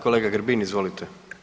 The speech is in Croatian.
Kolega Grbin, izvolite.